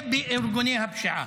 ובארגוני הפשיעה.